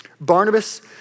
Barnabas